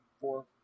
four